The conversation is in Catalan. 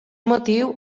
motiu